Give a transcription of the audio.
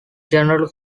general